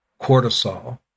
cortisol